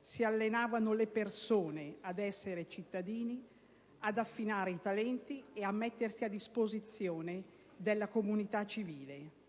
si allenavano le persone ad essere cittadini, ad affinare i talenti e a mettersi a disposizione della comunità civile.